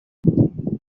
afegiu